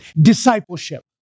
Discipleship